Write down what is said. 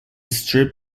strip